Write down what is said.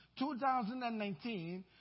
2019